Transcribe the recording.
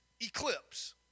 eclipse